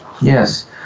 Yes